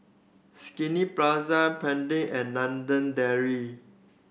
Skinny and London Dairy